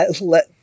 let